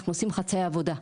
אנחנו עושים חצאי עובדה.